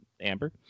Amber